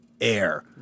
air